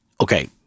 Okay